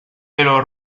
pelo